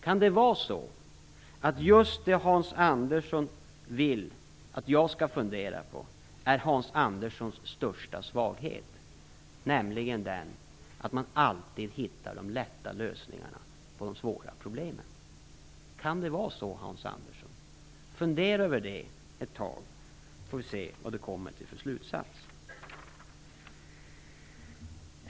Kan det vara så att just det som Hans Andersson ville att jag skulle fundera på är hans största svaghet, nämligen att man alltid hittar de lätta lösningarna på de svåra problemen? Kan det vara så, Hans Andersson? Fundera på det ett tag, så får vi se vilken slutsatsen blir!